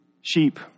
sheep